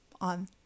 on